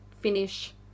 finish